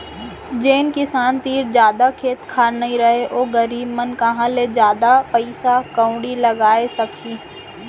जेन किसान तीर जादा खेत खार नइ रहय ओ गरीब मन कहॉं ले जादा पइसा कउड़ी लगाय सकहीं